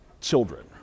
children